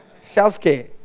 Self-care